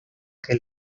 que